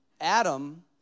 Adam